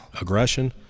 aggression